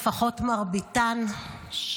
לפחות מרביתן,